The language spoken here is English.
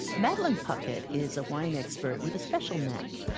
madeline puckette is a wine expert with a special knack.